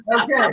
okay